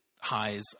highs